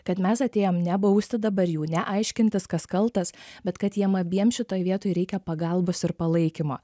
kad mes atėjom ne bausti dabar jų ne aiškintis kas kaltas bet kad jiem abiem šitoj vietoj reikia pagalbos ir palaikymo